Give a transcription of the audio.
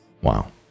wow